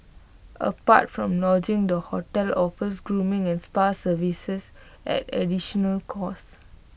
apart from lodgings the hotel offers grooming and spa services at additional cost